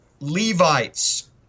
Levites